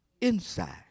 inside